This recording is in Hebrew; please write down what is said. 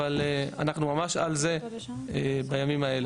אבל אנחנו ממש על זה בימים האלה.